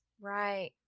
Right